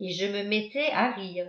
et je me mettais à rire